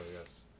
yes